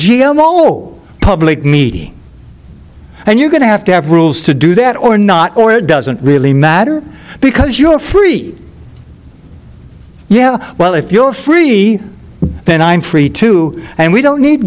progeria all public media and you're going to have to have rules to do that or not or it doesn't really matter because you're free yeah well if you're free then i'm free to and we don't need